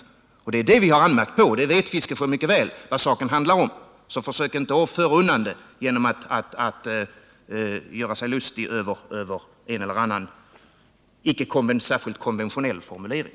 Det är detta vi har anmärkt på, och Bertil Fiskesjö vet mycket väl vad saken handlar om. Det går inte att komma undan genom att göra sig lustig över en eller annan icke särskilt konventionell formulering.